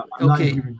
okay